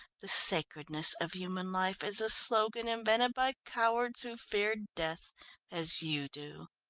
the sacredness of human life is a slogan invented by cowards who fear death as you do.